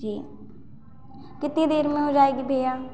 जी कितनी देर में हो जाएगी भैया